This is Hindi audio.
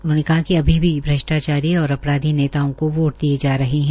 उन्होंने कहा कि अभी भी भ्रष्टाचारी और अपराधी नेताओं को वोट दिए जा रहे है